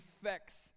effects